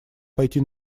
пойти